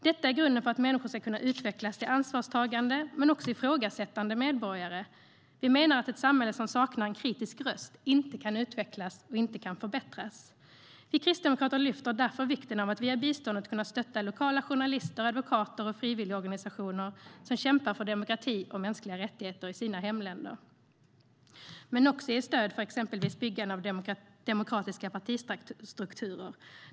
Detta är grunden för att människor ska kunna utvecklas till ansvarstagande men också ifrågasättande medborgare. Vi menar att ett samhälle som saknar en kritisk röst inte kan utvecklas och förbättras. Vi kristdemokrater lyfter därför fram vikten av att via biståndet kunna stötta lokala journalister, advokater och frivilligorganisationer som kämpar för demokrati och mänskliga rättigheter i sina hemländer. Vi ska dock också ge stöd för exempelvis byggande av demokratiska partistrukturer.